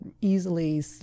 easily